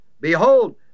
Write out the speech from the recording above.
behold